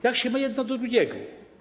Jak się ma jedno do drugiego?